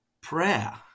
prayer